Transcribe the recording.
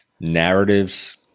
narratives